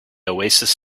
oasis